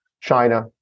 China